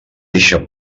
eixa